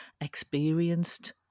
experienced